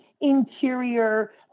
interior